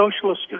socialist